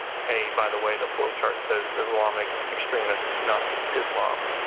hey, by the way, the flow chart says islamic extremists, not islam.